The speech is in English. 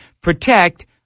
protect